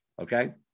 Okay